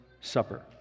Supper